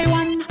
one